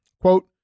Quote